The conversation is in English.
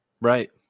Right